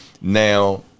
Now